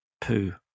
poo